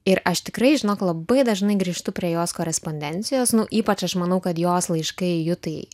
ir aš tikrai žinok labai dažnai grįžtu prie jos korespondencijos ypač aš manau kad jos laiškai jutai